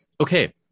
Okay